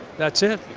that's it,